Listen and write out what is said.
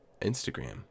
Instagram